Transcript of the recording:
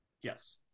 Yes